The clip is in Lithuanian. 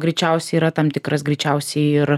greičiausiai yra tam tikras greičiausiai ir